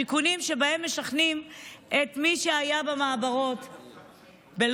שיכונים שבהם משכנים את מי שהיה במעברות בלוד,